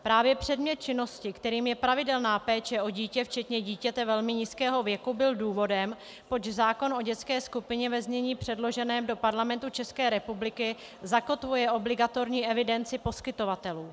Právě předmět činnosti, kterým je pravidelná péče o dítě, včetně dítěte velmi nízkého věku, byl důvodem, proč zákon o dětské skupině ve znění předloženém do Parlamentu ČR zakotvuje obligatorní evidenci poskytovatelů.